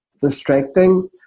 distracting